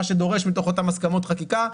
מה שדורש מתוך אותן הסכמות חקיקה,